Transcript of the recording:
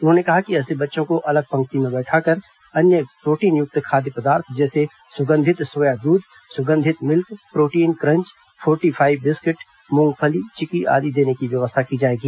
उन्होंने कहा कि ऐसे बच्चों को अलग पंक्ति में बिठाकर अन्य प्रोटीनयुक्त खाद्य पदार्थ जैसे सुगंधित सोया दूध सुगंधित milk protein crunch forty five biscuit मूंगफली चिकी आदि देने की व्यवस्था की जाएगी